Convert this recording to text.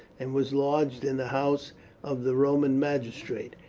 and was lodged in the house of the roman magistrate.